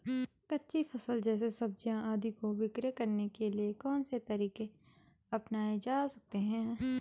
कच्ची फसल जैसे सब्जियाँ आदि को विक्रय करने के लिये कौन से तरीके अपनायें जा सकते हैं?